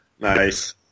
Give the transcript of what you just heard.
Nice